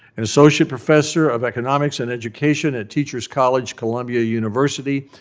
an associate professor of economics and education at teachers college, columbia university.